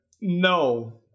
no